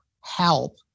help